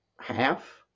half